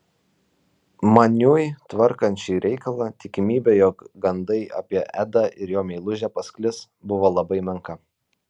maniui tvarkant šį reikalą tikimybė jog gandai apie edą ir jo meilužę pasklis buvo labai menka